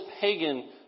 pagan